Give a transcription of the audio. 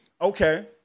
okay